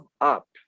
up